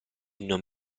non